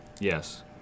Yes